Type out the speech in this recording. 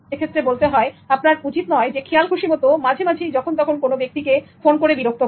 এক্ষেত্রে বলতে হয় আপনার উচিত নয় খেয়ালখুশিমতো মাঝেমাঝেই যখনতখন কোন ব্যক্তি কে ফোন করে বিরক্ত করা